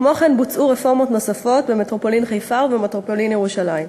כמן כן בוצעו רפורמות במטרופולין חיפה ובמטרופולין ירושלים.